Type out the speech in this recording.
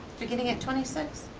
beginning at twenty six?